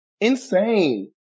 Insane